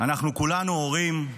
אנחנו כולנו הורים,